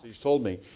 yeah told me,